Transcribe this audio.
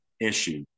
issue